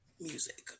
music